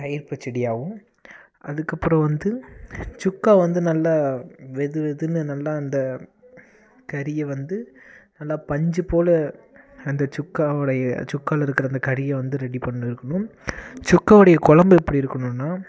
தயிர் பச்சடியாகவும் அதுக்கப்புறம் வந்து சுக்கா வந்து நல்லா வெதுவெதுன்னு நல்லா அந்த கறியை வந்து நல்லா பஞ்சு போல் அந்த சுக்காவுடைய சுக்காவில் இருக்கிற அந்த கறியை வந்து ரெடி பண்ணியிருக்கணும் சுக்காவுடைய குழம்பு எப்படி இருக்கணும்னால்